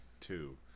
Two